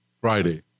friday